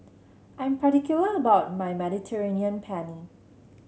I'm particular about my Mediterranean Penne